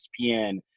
espn